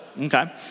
Okay